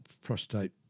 Prostate